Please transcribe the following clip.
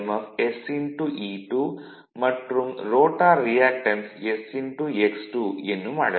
F sE2 மற்றும் rotor reactance sx2 என்னும் அளவில்